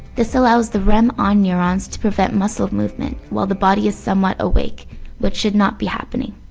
this allows the rem on neurons to prevent muscle movement while the body is somewhat awake which should not be happening.